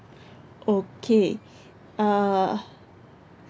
okay uh